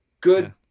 good